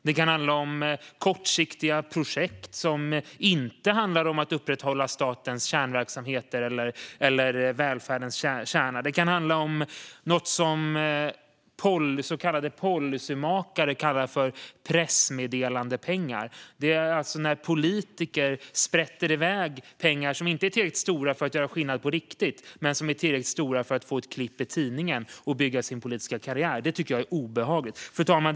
Det kan vara kortsiktiga projekt som inte handlar om att upprätthålla statens kärnverksamheter eller välfärdens kärna. Det kan handla om något som så kallade policymakare kallar för pressmeddelandepengar. Det är alltså när politiker sprätter i väg pengar, inte tillräckligt mycket för att göra skillnad på riktigt men tillräckligt mycket för att ge ett klipp i tidningen för att bygga en politisk karriär. Det är obehagligt. Fru talman!